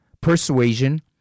persuasion